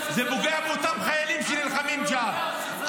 זה פוגע באותם חיילים שנלחמים שם.